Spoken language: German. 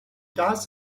das